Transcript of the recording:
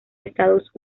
estados